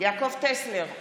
יעקב טסלר,